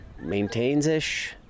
maintains-ish